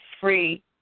free